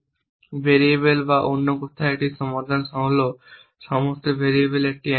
variable বা অন্য কথায় একটি সমাধান হল সমস্ত ভেরিয়েবলের জন্য একটি অ্যাসাইনমেন্ট